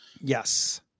Yes